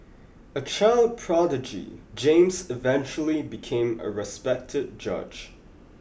a child prodigy James eventually became a respected judge